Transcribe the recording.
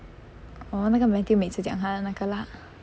oh 那个 matthew 每次讲她的那个 lah